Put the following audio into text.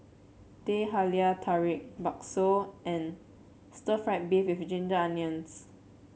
Teh Halia Tarik bakso and Stir Fried Beef with Ginger Onions